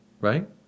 right